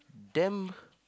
damn